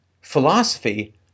philosophy